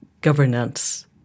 governance